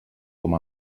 com